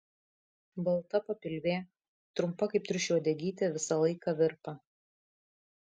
balta papilvė trumpa kaip triušio uodegytė visą laiką virpa